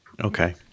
Okay